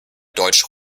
deutsch